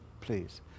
Please